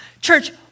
Church